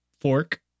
fork